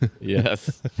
Yes